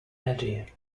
eddie